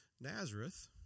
Nazareth